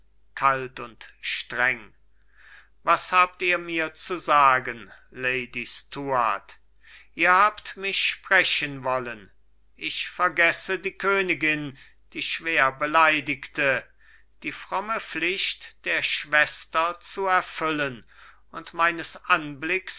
kalt und streng was habt ihr mir zu sagen lady stuart ihr habt mich sprechen wollen ich vergesse die königin die schwer beleidigte die fromme pflicht der schwester zu erfüllen und meines anblicks